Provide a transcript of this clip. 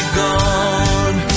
gone